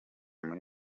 muri